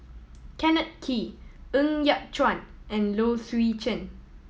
Kenneth Kee Ng Yat Chuan and Low Swee Chen